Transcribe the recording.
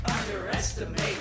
underestimate